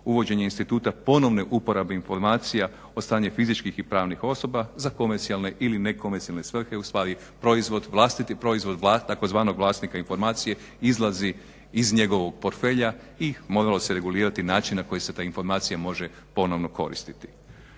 uvođenje instituta ponovne uporabe informacija od strane fizičkih i pravnih osoba za komercijalne ili nekomercijalne svrhe ustvari vlastiti proizvod tzv. vlasnika informacije izlazi iz njegovog portfelja i moralo se regulirati na način na koji se ta informacija može ponovno koristiti.